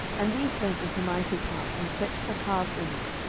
and these went into micah's house, and fetched the carved image,